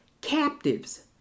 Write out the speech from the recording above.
captives